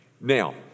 Now